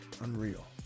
Unreal